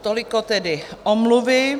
Toliko tedy omluvy.